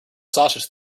sausage